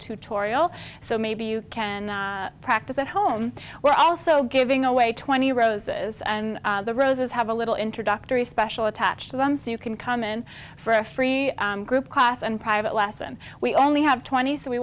tutorial so maybe you can practice at home we're also giving away twenty roses and the roses have a little introductory special attached to them so you can come in for a free group class and private lesson we only have twenty so we